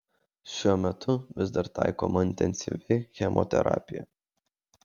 šiuo metu vis dar taikoma intensyvi chemoterapija